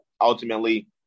ultimately